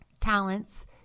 talents